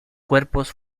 cuerpos